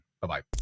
Bye-bye